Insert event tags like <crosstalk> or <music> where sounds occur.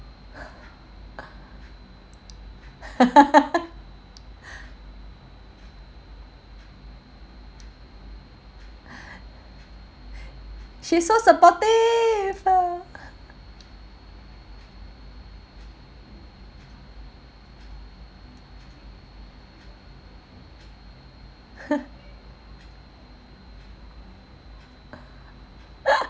<laughs> she's so supportive ah <laughs>